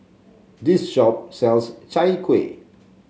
this shop sells Chai Kuih